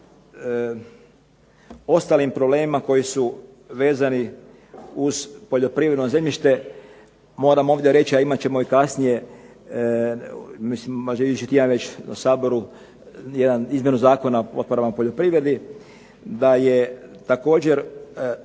ostalim problemima koji su vezani uz poljoprivredno zemljište moram ovdje reći, a imat ćemo i kasnije, možda idući tjedan već u Saboru jednu izmjenu Zakona o poljoprivredi da je također Vlada